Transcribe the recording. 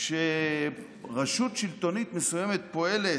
כשרשות שלטונית מסוימת פועלת,